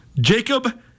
Jacob